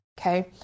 Okay